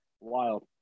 Wild